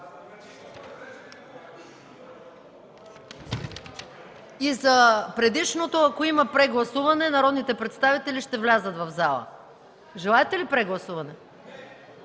И за предишното, ако има прегласуване, народните представители ще влязат в залата. Желаете ли прегласуване?